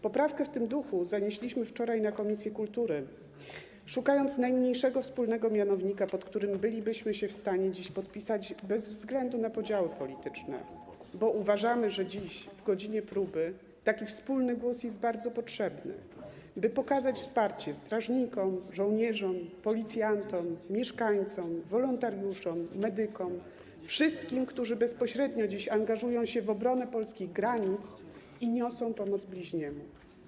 Poprawkę w tym duchu zanieśliśmy wczoraj do komisji kultury, szukając najmniejszego wspólnego mianownika, pod którym bylibyśmy się w stanie dziś podpisać bez względu na podziały polityczne, bo uważamy, że dziś, w godzinie próby taki wspólny głos jest bardzo potrzebny, by pokazać wsparcie strażnikom, żołnierzom, policjantom, mieszkańcom, wolontariuszom, medykom, wszystkim, którzy dziś bezpośrednio angażują się w obronę polskich granic i niosą pomoc bliźniemu.